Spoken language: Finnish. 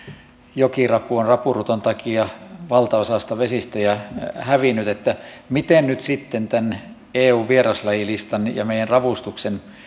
jokirapu on rapuruton takia valtaosasta vesistöjä hävinnyt että mikä nyt sitten tämän eun vieraslajilistan ja meidän ravustuksen